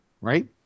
right